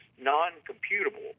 non-computable